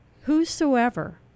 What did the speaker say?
whosoever